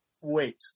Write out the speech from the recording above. Wait